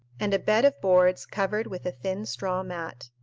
and a bed of boards covered with a thin straw mat.